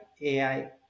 AI